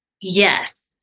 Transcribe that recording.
Yes